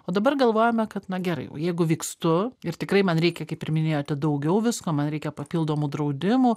o dabar galvojame kad na gerai o jeigu vykstu ir tikrai man reikia kaip ir minėjote daugiau visko man reikia papildomų draudimų